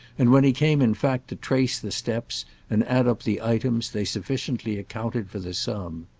and when he came in fact to trace the steps and add up the items they sufficiently accounted for the sum.